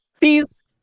Please